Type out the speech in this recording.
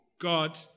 God